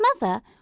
mother